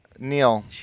Neil